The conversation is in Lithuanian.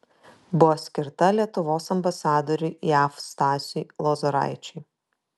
buvo skirta lietuvos ambasadoriui jav stasiui lozoraičiui